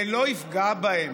זה לא יפגע בהם.